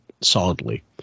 solidly